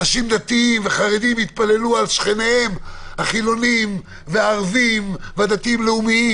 אנשים דתיים וחרדים התפללו על שכניהם החילונים והערבים והדתיים-לאומיים.